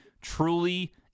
truly